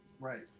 Right